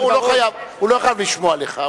הוא לא חייב לשמוע לך.